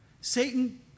Satan